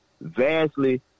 vastly